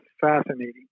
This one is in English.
fascinating